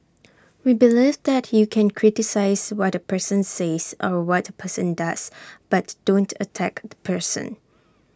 we believe that you can criticise what A person says or what person does but don't attack the person